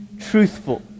truthful